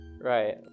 Right